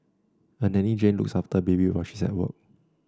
a nanny Jane looks after her baby while she's at work